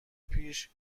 پیش